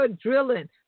drilling